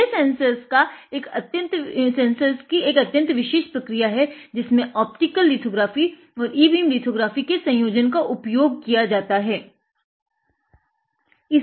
ये सेन्सर्स एक अत्यंत विशेष प्रक्रिया जिसमे ऑप्टिकल लिथोग्राफी और ई बीम लिथोग्राफी के संयोजन का उपयोग करके बनाये गये थे